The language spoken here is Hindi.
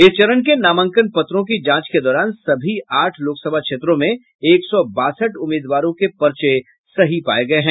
इस चरण के नामांकन पत्रों की जांच के दौरान सभी आठ लोकसभा क्षेत्रों में एक सौ बासठ उम्मीदवारों के पर्चे सही पाये गये हैं